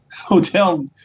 hotel